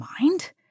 mind